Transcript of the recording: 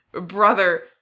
brother